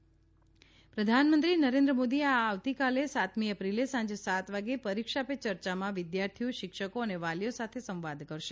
પરીક્ષા પે ચર્ચા પ્રધાનમંત્રી નરેન્દ્ર મોદી આ આવતીકાલે સાતમી એપ્રિલે સાંજે સાત વાગ્યે પરીક્ષા પે યર્યામાં વિદ્યાર્થીઓ શિક્ષકો અને વાલીઓ સાથે સંવાદ કરશે